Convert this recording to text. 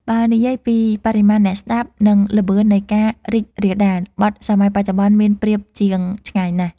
បើនិយាយពី បរិមាណអ្នកស្ដាប់ និង ល្បឿននៃការរីករាលដាល បទសម័យបច្ចុប្បន្នមានប្រៀបជាងឆ្ងាយណាស់